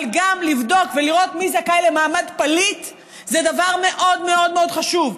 אבל גם לבדוק ולראות מי זכאי למעמד פליט זה דבר מאוד מאוד מאוד חשוב.